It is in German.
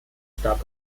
starb